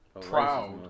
proud